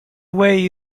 way